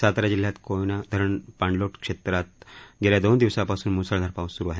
सातारा जिल्ह्यात कोयना धरण पाणलोट क्षेत्रात गेल्या दोन दिवसापासून मुसळधार पाऊस सुरु आहे